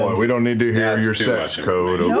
we don't need to hear your sex code.